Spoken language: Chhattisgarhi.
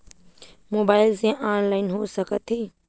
मोबाइल से ऑनलाइन हो सकत हे?